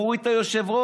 מוריד את היושב-ראש.